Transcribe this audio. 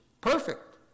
Perfect